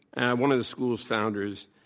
and one of the school's founders.